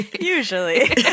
Usually